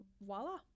voila